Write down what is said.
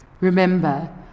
Remember